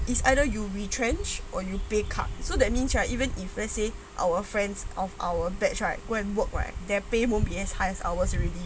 is either you retrench or you pay card so that means or even if let's say our friends of our batch right go and work right their pay won't be as high as ours already